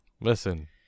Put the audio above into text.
Listen